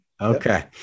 Okay